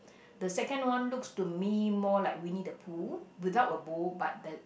the second one looks to me more like Winnie-the-Pooh without a bow but that